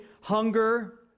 hunger